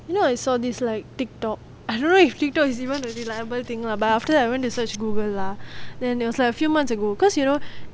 you know I saw this like TikTok I don't know if TikTok is even a reliable thing lah but after that I went to search google lah then there was like a few months ago because you know